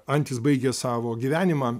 antys baigė savo gyvenimą